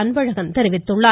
அன்பழகன் தெரிவித்துள்ளார்